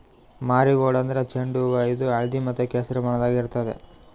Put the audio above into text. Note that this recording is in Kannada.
ಮಾರಿಗೋಲ್ಡ್ ಅಂದ್ರ ಚೆಂಡು ಹೂವಾ ಇದು ಹಳ್ದಿ ಮತ್ತ್ ಕೆಸರಿ ಬಣ್ಣದಾಗ್ ಇರ್ತವ್